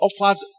offered